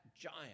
giant